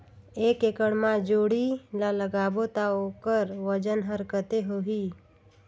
एक एकड़ मा जोणी ला लगाबो ता ओकर वजन हर कते होही?